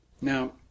Now